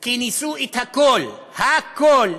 כי ניסו את הכול, הכול.